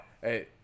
Hey